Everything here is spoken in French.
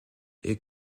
est